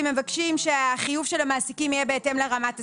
הם מבקשים שהחיוב של המעסיקים יהיה בהתאם לרמת הסיכון.